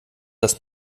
das